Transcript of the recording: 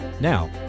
Now